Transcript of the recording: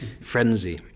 frenzy